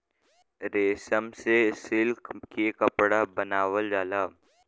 रेशम से सिल्क के कपड़ा बनावल जाला